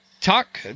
talk